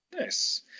Nice